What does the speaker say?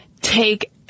take